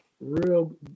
real